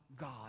God